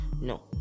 No